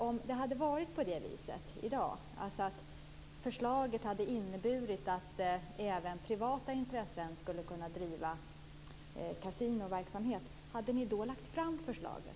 Om det hade varit på det viset i dag, dvs. att förslaget hade inneburit att även privata intressen skulle kunna driva kasionoverksamhet, hade ni då lagt fram förslaget?